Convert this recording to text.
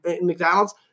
McDonald's